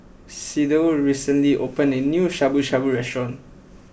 Sydell recently opened a new Shabu Shabu restaurant